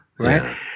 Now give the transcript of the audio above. Right